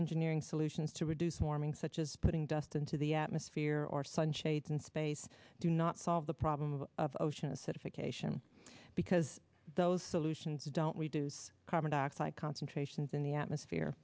engineering solutions to reduce warming such as putting dust into the atmosphere or sun shades in space do not solve the problem of ocean acidification because those solutions don't reduce carbon dioxide concentrations in the atmosphere